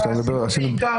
לפני חודשיים.